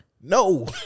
No